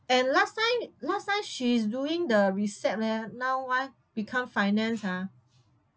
and last time last time she's doing the recept leh now why become finance ah